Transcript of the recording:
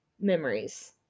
memories